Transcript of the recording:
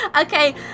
Okay